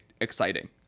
exciting